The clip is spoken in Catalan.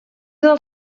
del